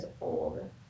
old